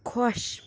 خۄش